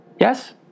Yes